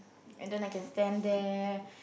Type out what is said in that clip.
and then I can stand there